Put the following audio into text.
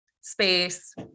space